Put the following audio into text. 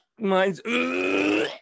Mine's